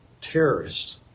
terrorists